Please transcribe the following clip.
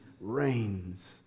reigns